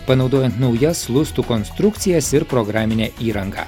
panaudojan naujas lustų konstrukcijas ir programinę įrangą